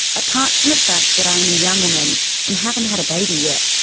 apart from the fact that i am a young woman and haven't had a baby yet,